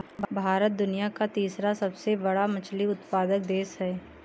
भारत दुनिया का तीसरा सबसे बड़ा मछली उत्पादक देश है